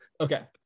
okay